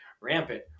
rampant